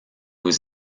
was